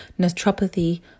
naturopathy